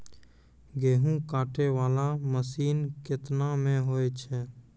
गेहूँ काटै वाला मसीन केतना मे होय छै?